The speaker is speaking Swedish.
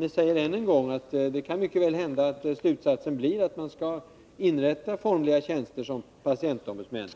Jag säger än en gång att det mycket väl kan hända att slutsatsen blir att man skall inrätta formliga tjänster som patientombudsmän.